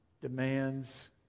demands